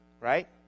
right